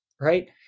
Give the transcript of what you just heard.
Right